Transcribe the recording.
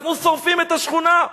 אנחנו שורפים את השכונה.